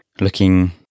looking